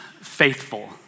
faithful